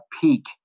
peak